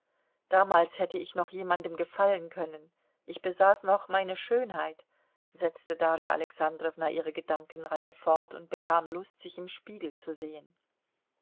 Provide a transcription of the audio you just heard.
damals hätte ich noch jemandem gefallen können ich besaß noch meine schönheit setzte darja alexandrowna ihre gedankenreihe fort und bekam lust sich im spiegel zu sehen